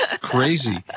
Crazy